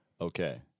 Okay